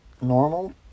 normal